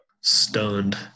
Stunned